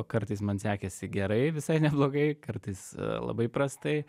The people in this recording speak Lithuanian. kartais man sekėsi gerai visai neblogai kartais labai prastai